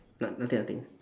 na~ nothing nothing